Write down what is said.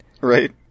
Right